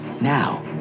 Now